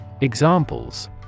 Examples